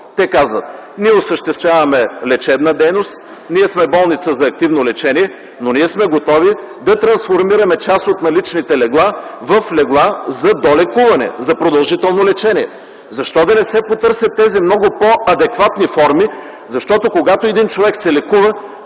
Те казват: Ние осъществяваме лечебна дейност, ние сме болница за активно лечение, но ние сме готови да трансформираме част от наличните легла в легла за долекуване, за продължително лечение. Защо да не се потърсят тези много по-адекватни форми? Защото, когато един човек се лекува,